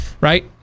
right